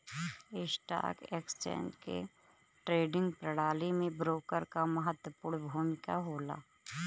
stock exchange के trading प्रणाली में ब्रोकर क महत्वपूर्ण भूमिका होला